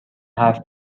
حرف